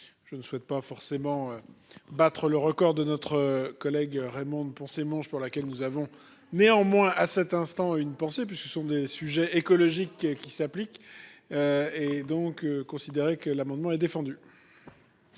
Je ne souhaite pas forcément battre le record de notre collègue Raymonde Poncet Monge pour laquelle nous avons néanmoins à cet instant une pensée puisque ce sont des sujets écologiques qui s'applique. Et donc considérer que l'amendement est défendu.